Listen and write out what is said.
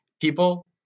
people